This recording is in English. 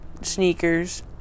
sneakers